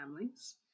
families